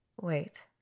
Wait